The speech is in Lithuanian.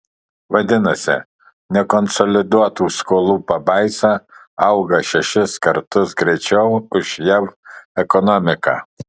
vadinasi nekonsoliduotų skolų pabaisa auga šešis kartus greičiau už jav ekonomiką